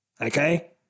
Okay